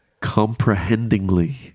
comprehendingly